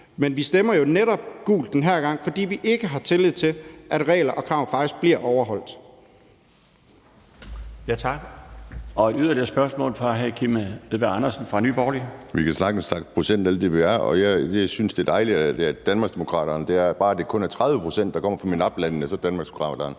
Men vi stemmer jo netop gult den her gang, fordi vi ikke har tillid til, at reglerne og kravene faktisk bliver overholdt.